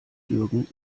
jürgen